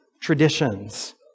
traditions